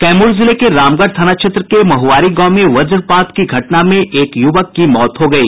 कैमूर जिले के रामगढ़ थाना क्षेत्र के महुआरी गांव में वज्रपात की घटना में एक युवक की मौत हो गयी